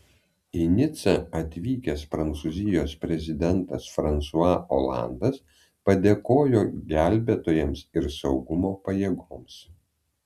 į nicą atvykęs prancūzijos prezidentas fransua olandas padėkojo gelbėtojams ir saugumo pajėgoms